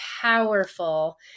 powerful